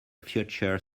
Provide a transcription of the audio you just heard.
future